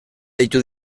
deitu